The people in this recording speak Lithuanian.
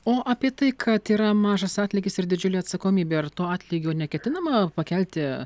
o apie tai kad yra mažas atlygis ir didžiulė atsakomybė ar to atlygio neketinama pakelti